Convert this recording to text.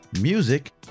music